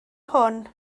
hwn